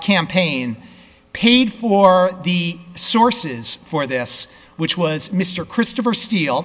campaign paid for the sources for this which was mr christopher steel